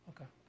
Okay